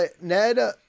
Ned